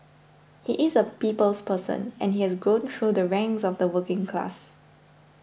he is a people's person and he has grown through the ranks of the working class